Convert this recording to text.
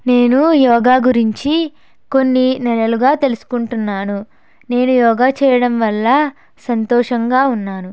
నేను యోగ గురించి కొన్ని నెలలుగా తెలుసుకుంటున్నాను నేను యోగా చేయడం వల్ల సంతోషంగా ఉన్నాను